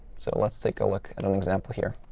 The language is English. so let's take a look at an example here.